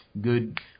good